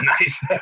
nice